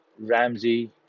Ramsey